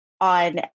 on